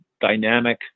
dynamic